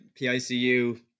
PICU